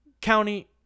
county